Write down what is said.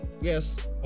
Yes